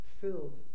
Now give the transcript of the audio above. filled